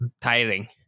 tiring